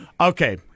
Okay